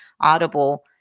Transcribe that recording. audible